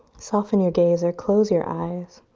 soften your gaze or close your eyes.